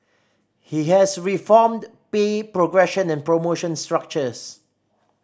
he has reformed pay progression and promotion structures